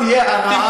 לא תהיה הרעה,